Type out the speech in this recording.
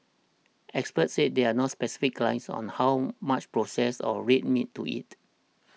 experts said there are no specific guidelines on how much processed or red meat to eat